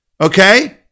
okay